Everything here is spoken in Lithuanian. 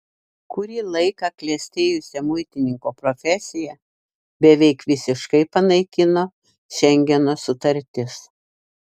kurį laiką klestėjusią muitininko profesiją beveik visiškai panaikino šengeno sutartis